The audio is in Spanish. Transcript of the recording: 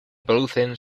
producen